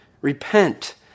repent